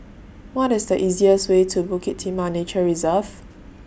What IS The easiest Way to Bukit Timah Nature Reserve